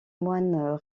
moines